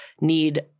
need